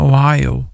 Ohio